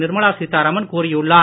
நிர்மலா சீத்தாராமன் கூறியுள்ளார்